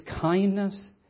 kindness